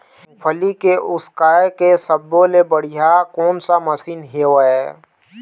मूंगफली के उसकाय के सब्बो ले बढ़िया कोन सा मशीन हेवय?